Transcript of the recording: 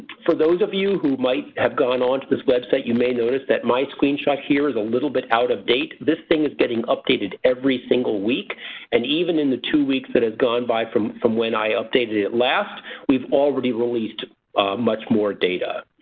for those of you who might have gone on to this web site you may notice that my screenshot here is a little bit out of date. this thing is getting updated every single week and even in the two weeks that have gone by from from when i updated it last we've already released much more data.